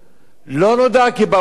לא נודע כי באו אל קרבנה.